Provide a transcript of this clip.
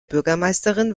bürgermeisterin